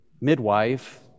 midwife